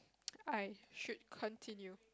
!aiya! should continue